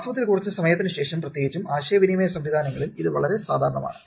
വാസ്തവത്തിൽ കുറച്ച് സമയത്തിന് ശേഷം പ്രത്യേകിച്ചും ആശയവിനിമയ സംവിധാനങ്ങളിൽ ഇത് വളരെ സാധാരണമാണ്